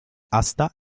asta